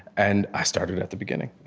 and i started at the beginning,